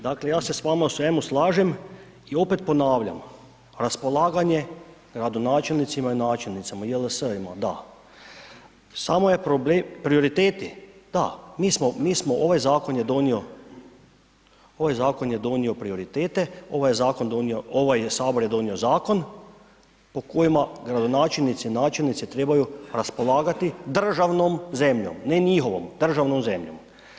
Dakle ja se s vama u svemu slažem i opet ponavljam, raspolaganje gradonačelnicima i načelnicima i JLS-ima da, samo je problem, prioriteti da, mi smo, ovaj zakon je donio, ovaj zakon je donio prioritete, ovaj je zakon donio, ovaj je sabor donio zakon, po kojima gradonačelnici i načelnici trebaju raspolagati državnom zemljom, ne njihovom, državnom zemljom.